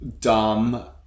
dumb